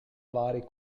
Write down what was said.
vari